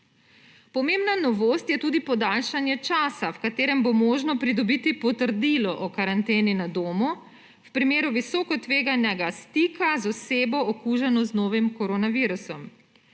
Pomembna novost je tudi podaljšanje časa, v katerem bo mogoče pridobiti tudi potrdilo o karanteni na domu v primeru visoko tveganega stika z osebo, okuženo z novim koronavirusom.